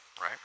right